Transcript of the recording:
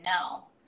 no